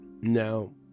Now